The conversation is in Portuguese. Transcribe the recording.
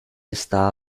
está